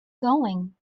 going